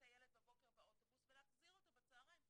הילד בבוקר באוטובוס להחזיר אותו בצהריים.